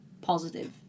positive